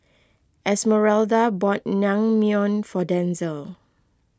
Esmeralda bought Naengmyeon for Denzel